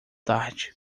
tarde